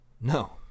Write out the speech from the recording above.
No